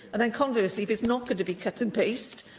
and then, conversely, if it's not going to be cut and paste,